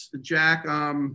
Jack